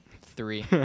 Three